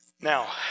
Now